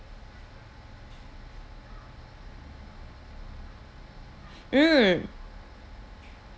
mm